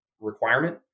requirement